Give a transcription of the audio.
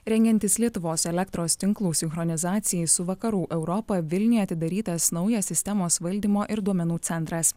rengiantis lietuvos elektros tinklų sinchronizacijai su vakarų europa vilniuje atidarytas naujas sistemos valdymo ir duomenų centras